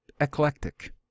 eclectic